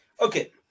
okay